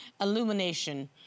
illumination